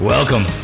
Welcome